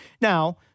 now